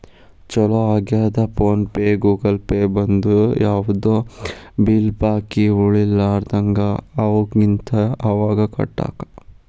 ಚೊಲೋ ಆಗ್ಯದ PhonePe Google pay ಬಂದು ಯಾವ್ದು ಬಿಲ್ ಬಾಕಿ ಉಳಿಲಾರದಂಗ ಅವಾಗಿಂದ ಅವಾಗ ಕಟ್ಟಾಕ